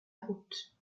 route